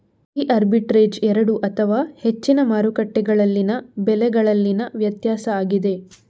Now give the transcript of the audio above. ಈ ಆರ್ಬಿಟ್ರೇಜ್ ಎರಡು ಅಥವಾ ಹೆಚ್ಚಿನ ಮಾರುಕಟ್ಟೆಗಳಲ್ಲಿನ ಬೆಲೆಗಳಲ್ಲಿನ ವ್ಯತ್ಯಾಸ ಆಗಿದೆ